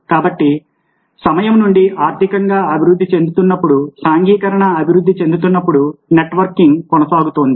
కాబట్టి సమయం నుండి ఆర్థికంగా అభివృద్ధి చెందుతున్నప్పుడు సాంఘీకరణ అభివృద్ధి చెందుతున్నప్పుడు నెట్వర్కింగ్ కొనసాగుతోంది